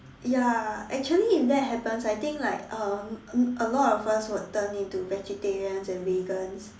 ya actually if that happens I think like um a lot of us would turn into vegetarians and vegans